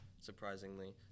surprisingly –